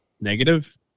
negative